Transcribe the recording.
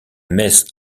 messe